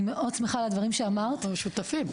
מאוד שמחה על הדברים שאמרת --- אנחנו שותפים.